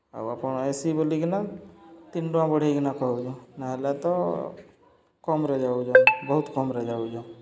ଆଉ ଆପଣ୍ A C ବଲିକିନା ତିନ୍ ଟଙ୍କା ବଢ଼େଇକିନା କହୁଚୁଁ ନହେଲେ ତ କମ୍ରେ ଯାଉଚୁଁ ବହୁତ୍ କମ୍ରେ ଯାଉଚୁଁ